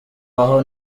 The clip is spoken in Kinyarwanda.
aho